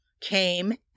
came